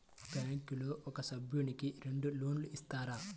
బ్యాంకులో ఒక సభ్యుడకు రెండు లోన్లు ఇస్తారా?